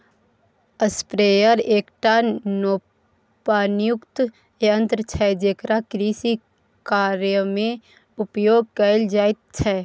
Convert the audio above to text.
sprayer एकटा नोपानियुक्त यन्त्र छै जेकरा कृषिकार्यमे उपयोग कैल जाइत छै